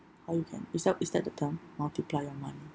how you can is that is that the term multiply your money